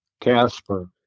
Casper